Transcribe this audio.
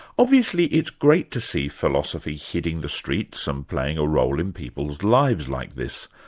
obviously it's great to see philosophy hitting the streets and playing a role in people's lives like this,